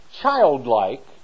childlike